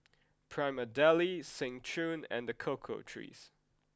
Prima Deli Seng Choon and The Cocoa Trees